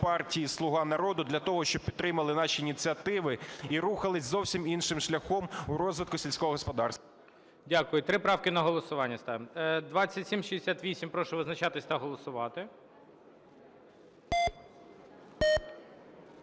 партії "Слуга народу" для того, щоб підтримали наші ініціативи і рухалися зовсім іншим шляхом у розвитку сільського господарства. ГОЛОВУЮЧИЙ. Дякую. Три правки на голосування ставимо. 2768, Прошу визначатися та голосувати.